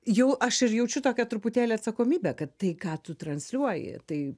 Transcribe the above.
jau aš ir jaučiu tokią truputėlį atsakomybę kad tai ką tu transliuoji tai